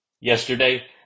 Yesterday